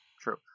true